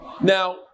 Now